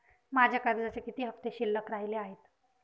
माझ्या कर्जाचे किती हफ्ते शिल्लक राहिले आहेत?